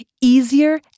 easier